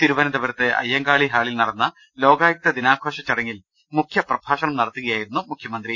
തിരുവനന്തപുരത്ത് അയ്യങ്കാളി ഹാളിൽ നടന്ന ലോകായുക്ത ദിനാഘോഷ ചടങ്ങിൽ മുഖ്യപ്ര ഭാഷണം നടത്തുകയായിരുന്നു മുഖ്യമന്ത്രി